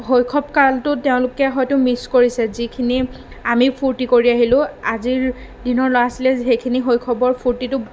শৈশৱ কালটো তেওঁলোকে হয়তো মিছ কৰিছে যিখিনি আমি ফুৰ্তি কৰি আহিলোঁ আজিৰ দিনৰ ল'ৰা ছোৱালীয়ে সেইখিনি শৈশৱৰ ফুৰ্ত্তিটো